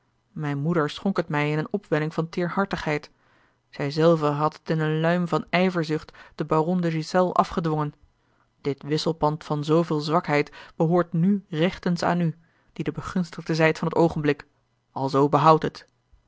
mijne moeder schonk het mij in eene opwelling van teêrhartigheid zij zelve had het in eene luim van ijverzucht den baron de ghiselles afgedwongen dit wisselpand van zooveel zwakheid behoort nù rechtens aan u die de begunstigde zijt van het oogenblik alzoo behoud het